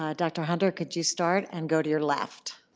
ah dr. hunter, could you start and go to your left?